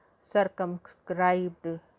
circumscribed